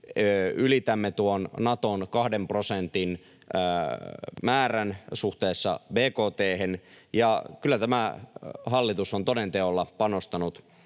Ylitämme Naton 2 prosentin määrän suhteessa bkt:hen, ja kyllä tämä hallitus on toden teolla panostanut